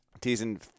teasing